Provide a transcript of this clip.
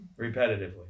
Repetitively